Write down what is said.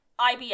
ibs